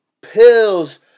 pills